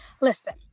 listen